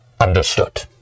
Understood